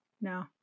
No